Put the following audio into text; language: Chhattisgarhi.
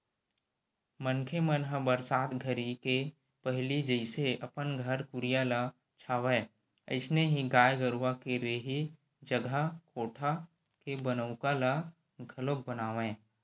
मनखे मन ह बरसात घरी के पहिली जइसे अपन घर कुरिया ल छावय अइसने ही गाय गरूवा के रेहे जघा कोठा के बनउका ल घलोक बनावय